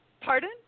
Pardon